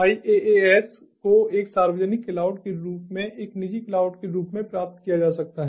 IaaS को एक सार्वजनिक क्लाउड के रूप में एक निजी क्लाउड के रूप में प्राप्त किया जा सकता है